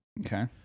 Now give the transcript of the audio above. Okay